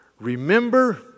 remember